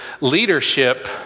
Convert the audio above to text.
leadership